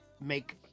make